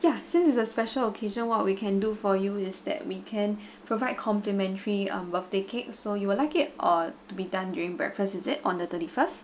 ya since it's a special occasion what we can do for you is that we can provide complimentary um birthday cake so you will like it uh to be done during breakfast is it on the thirty first